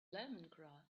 lemongrass